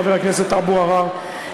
חבר הכנסת אבו עראר,